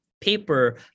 paper